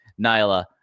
Nyla